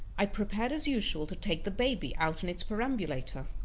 i prepared as usual to take the baby out in its perambulator.